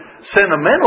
sentimental